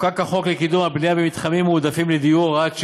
חוקק החוק לקידום הבנייה במתחמים מועדפים לדיור (הוראת שעה),